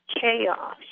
chaos